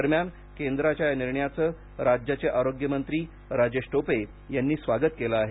दरम्यान केंद्राच्या या निर्णयाचं राज्याचे आरोग्यमंत्री राजेश टोपे यांनी स्वागत केलं आहे